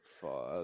fuck